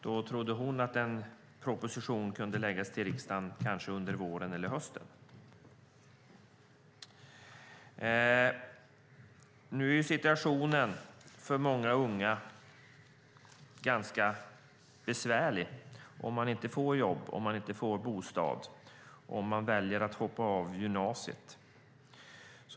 Hon trodde då att en proposition kanske kunde läggas fram för riksdagen under våren eller hösten. Nu är situationen för många unga ganska besvärlig om de inte får jobb, om de inte får bostad, om de väljer att hoppa av gymnasiet.